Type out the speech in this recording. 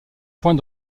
point